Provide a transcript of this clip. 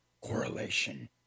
correlation